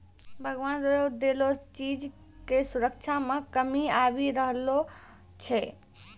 भगवान रो देलो चीज के रक्षा मे कमी आबी रहलो छै